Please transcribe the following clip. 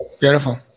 Beautiful